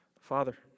Father